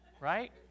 right